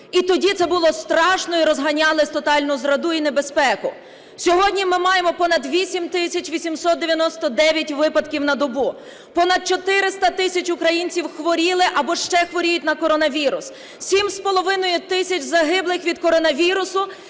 І тоді це було страшно, і розганяли тотальну зраду і небезпеку. Сьогодні ми маємо понад 8 тисяч 899 випадків на добу. Понад 400 тисяч українців хворіли або ще хворіють на коронавірус. 7,5 тисяч загиблих від коронавірусу.